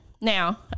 Now